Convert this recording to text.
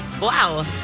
Wow